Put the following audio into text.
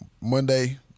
Monday